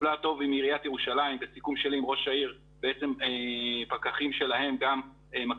פעולה טוב עם עירית ירושלים בסיכום שלי עם ראש העיר פקחים שלהם גם מקפידים